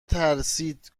ترسید